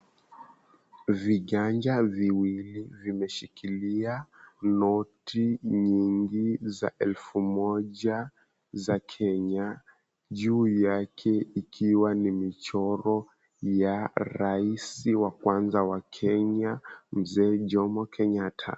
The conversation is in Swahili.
Viganja viwili vimeshikilia noti nyingi za elfu moja za Kenya, juu yake ikiwa ni michoro ya raisi wa kwanza wa Kenya, mzee Jomo Kenyatta.